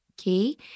okay